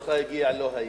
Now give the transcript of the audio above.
כשתורך הגיע לא היית,